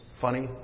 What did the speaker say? funny